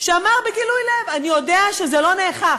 שאמר בגילוי לב: אני יודע שזה לא נאכף.